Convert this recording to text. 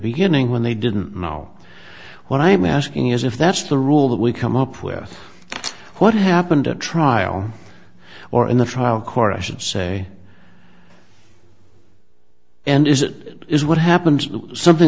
beginning when they didn't know what i'm asking is if that's the rule that we come up with what happened at trial or in the trial court actions say and is that is what happened something